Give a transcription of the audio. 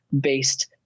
based